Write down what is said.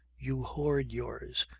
you hoard yours,